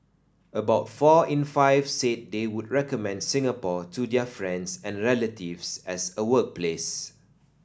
about four in five said they would recommend Singapore to their friends and relatives as a workplace